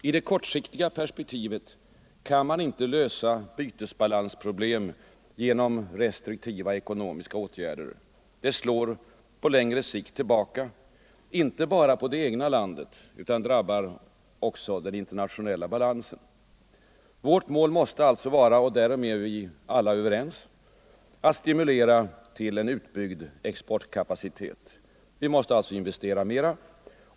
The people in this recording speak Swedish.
I det kortsiktiga perspektivet kan man inte lösa bytesbalansproblem genom restriktiva ekonomiska åtgärder. Det slår på längre sikt tillbaka inte bara på det egna landet utan drabbar också den internationella balansen. Vårt mål måste vara — därom är vi alla överens — att stimulera till en utbyggd exportkapacitet. Vi måste alltså investera mera.